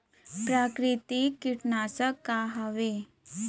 प्राकृतिक कीटनाशक का हवे?